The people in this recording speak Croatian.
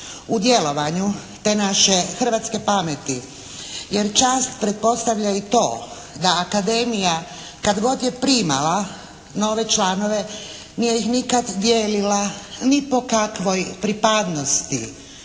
u djelovanju te naše hrvatske pameti. Jer čast pretpostavlja i to da Akademija kad god je primala nove članove nije ih nikad dijelila ni po kakvoj pripadnosti,